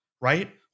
right